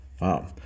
Wow